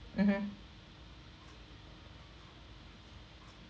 mmhmm